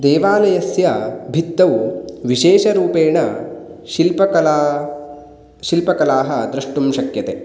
देवालयस्य भित्तौ विशेषरूपेण शिल्पकला शिल्पकलाः द्रष्टुं शक्यते